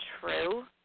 true